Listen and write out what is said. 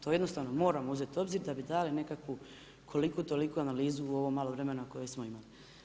To jednostavno moramo uzeti u obzir da bi dali nekakvu koliku toliku analizu u ovo malo vremena koje smo imali.